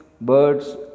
birds